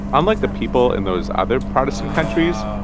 unlike the people in those other protestant countries,